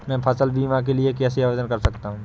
मैं फसल बीमा के लिए कैसे आवेदन कर सकता हूँ?